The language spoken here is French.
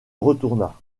retourna